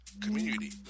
community